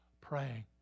praying